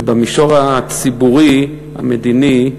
במישור הציבורי, המדיני,